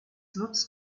nutzt